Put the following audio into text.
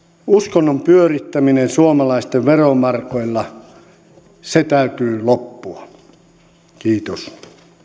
uskonnon pyörittämisen suomalaisten veromarkoilla täytyy loppua kiitos